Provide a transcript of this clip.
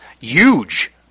huge